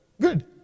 Good